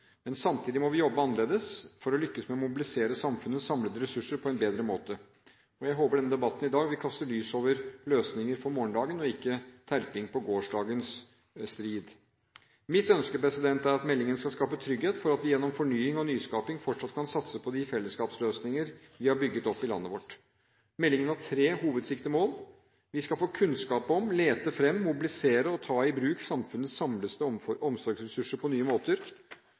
Men samtidig må vi jobbe annerledes for å lykkes med å mobilisere samfunnets samlede ressurser på en bedre måte. Jeg håper denne debatten i dag vil kaste lys over løsninger for morgendagen, og at det ikke blir terping på gårsdagens strid. Mitt ønske er at meldingen skal skape trygghet for at vi gjennom fornying og nyskaping fortsatt kan satse på de fellesskapsløsninger vi har bygget opp i landet vårt. Meldingen har tre hovedsiktemål: Vi skal få kunnskap om, lete fram, mobilisere og ta i bruk samfunnets samlede omsorgsressurser på nye måter.